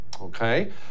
Okay